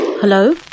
Hello